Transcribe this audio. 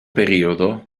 periodo